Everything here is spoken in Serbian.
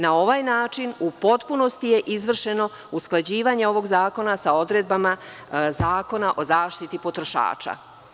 Na ovaj način u potpunosti je izvršeno usklađivanje ovog zakona sa odredbama Zakona o zaštiti potrošača.